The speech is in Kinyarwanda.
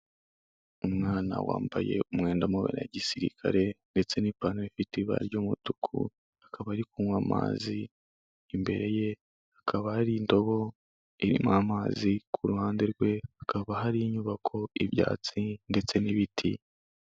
Umwana wambaye umwenda w'amabara ya gisirikare ndetse n'ipantaro ifite ibara ry'umutuku akaba ari kunywa amazi, imbere ye hakaba hari indobo irimo amazi ku ruhande rwe hakaba hari inyubako y'ibyatsi ndetse n'ibiti.